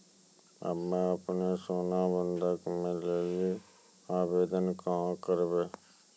हम्मे आपनौ सोना बंधन के लेली आवेदन कहाँ करवै?